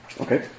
Okay